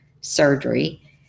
surgery